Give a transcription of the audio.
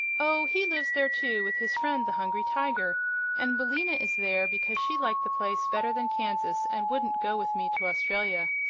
oh, he lives there too, with his friend the hungry tiger and billina is there, because she liked the place better than kansas, and wouldn't go with me to australia.